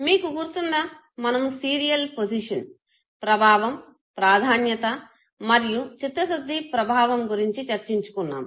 మీకు గుర్తుందా మనము సీరియల్ పొజిషన్ ప్రభావంప్రాధాన్యత మరియు చిత్తశుద్ధి ప్రభావం గురుంచి చర్చిన్చుకున్నాము